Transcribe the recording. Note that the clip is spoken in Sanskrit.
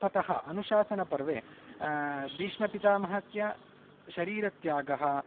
ततः अनुशासनपर्वे भीष्मपितामहस्य शरीरत्यागः